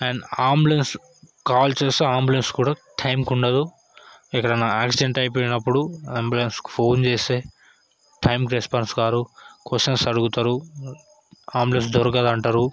and ambulance call చేస్తే ambulance కూడా టైంకి ఉండదు ఎక్కడన్నా యాక్సిడెంట్ అయిపోనప్పుడు ఆంబులెన్స్కు ఫోన్ చేస్తే టైంకి రెస్పాన్స్ కారు క్వశ్చన్స్ అడుగుతారు ఆంబులెన్స్ దొరకదు అంటారు